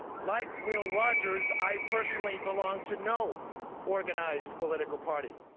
like will rogers, i personally belong to no organized political party.